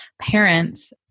parents